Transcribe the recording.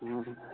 हाँ हाँ